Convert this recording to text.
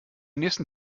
nächsten